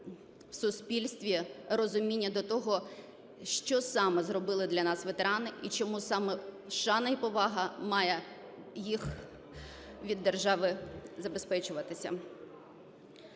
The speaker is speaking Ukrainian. в суспільстві розуміння до того, що саме зробили для нас ветерани і чому саме шана і повага має їх від держави забезпечуватися.